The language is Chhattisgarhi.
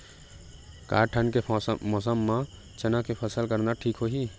का ठंडा के मौसम म चना के फसल करना ठीक होही?